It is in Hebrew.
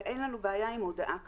ואין לנו בעיה עם הודעה כזאת.